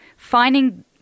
finding